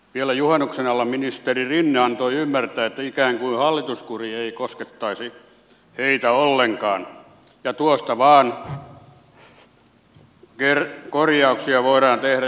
vielä juhannuksen alla ministeri rinne antoi ymmärtää että ikään kuin hallituskuri ei koskettaisi heitä ollenkaan ja tuosta vain korjauksia voidaan tehdä